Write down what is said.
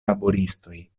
laboristoj